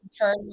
turn